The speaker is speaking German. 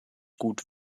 gut